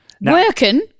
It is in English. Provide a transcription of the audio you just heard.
working